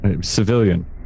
civilian